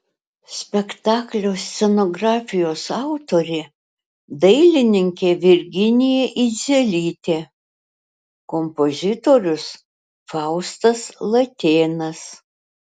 spektaklio scenografijos autorė dailininkė virginija idzelytė kompozitorius faustas latėnas